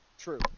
True